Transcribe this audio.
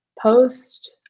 post